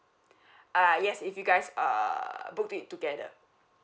uh yes if you guys uh book it together